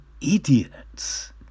idiots